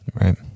Right